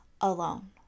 alone